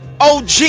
OG